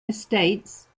estates